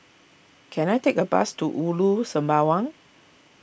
can I take a bus to Ulu Sembawang